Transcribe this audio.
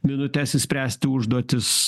minutes išspręsti užduotis